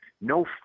no